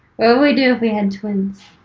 what would we do if we had twins?